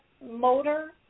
motor